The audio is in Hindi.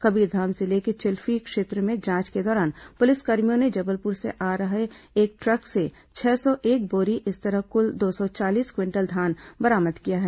कबीरधाम जिले के चिल्फी क्षेत्र में जांच के दौरान पुलिसकर्मियों ने जबलपुर से आ रहे एक ट्रक से छह सौ एक बोरी इस तरह कुल दो सौ चालीस क्विंटल धान बरामद किया है